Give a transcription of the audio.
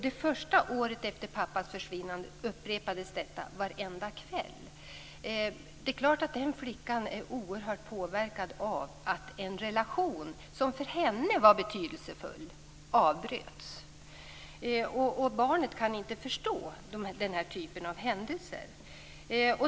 Det första året efter pappans försvinnande upprepades detta varenda kväll. Det är klart att den flickan är oerhört påverkad av att en relation, som för henne var betydelsefull, avbröts. Ett barn kan inte förstå den typen av händelser.